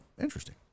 Interesting